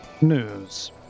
news